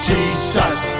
Jesus